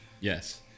Yes